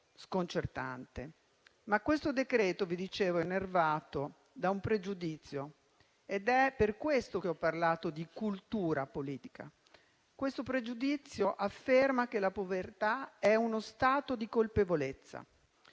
Questo decreto - come vi dicevo - è innervato da un pregiudizio ed è per questo che ho parlato di cultura politica: questo pregiudizio afferma che la povertà è uno stato di colpevolezza.